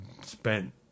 spent